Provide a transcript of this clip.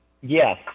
Yes